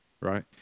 right